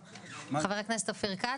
חבר הכנסת אופיר כץ,